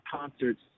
concerts